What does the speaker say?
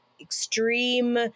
extreme